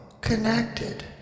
connected